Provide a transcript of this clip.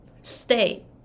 stay